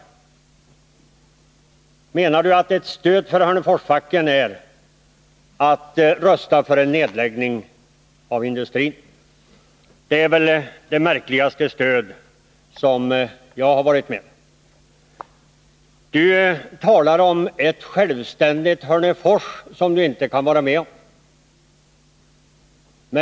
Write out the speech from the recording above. Menar Ulla Orring att det är ett stöd för Hörneforsfacket att rösta för en nedläggning av industrin? Det är det märkligaste stöd som jag har hört talas om. Ulla Orring talade om ett självständigt Hörnefors, som hon inte kan vara med om.